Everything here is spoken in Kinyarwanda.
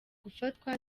gufatwa